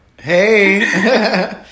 Hey